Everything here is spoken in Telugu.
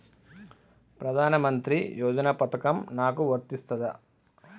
ప్రధానమంత్రి యోజన పథకం నాకు వర్తిస్తదా?